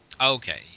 Okay